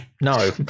No